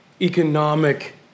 economic